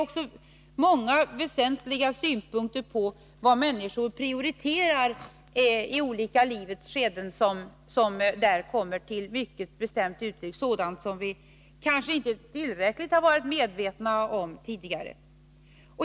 Också många väsentliga synpunkter på vad människor prioriterar i livets olika skeden kommer där till mycket bestämt uttryck. Det är sådant som vi kanske inte varit tillräckligt medvetna om tidigare.